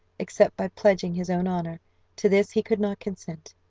except by pledging his own honour to this he could not consent.